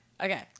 Okay